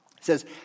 says